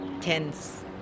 tense